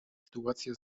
sytuacja